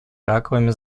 раковыми